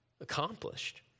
accomplished